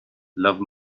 love